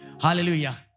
Hallelujah